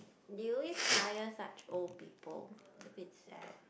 they always hire such old people it's a bit sad